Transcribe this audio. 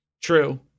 True